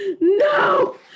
no